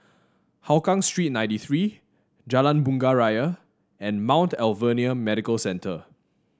Hougang Street ninety three Jalan Bunga Raya and Mount Alvernia Medical Centre